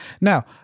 Now